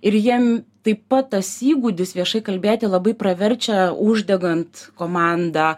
ir jiem taip pat tas įgūdis viešai kalbėti labai praverčia uždegant komandą